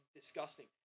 disgusting